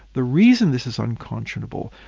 the reason this is unconscionable,